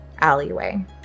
alleyway